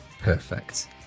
Perfect